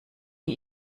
wie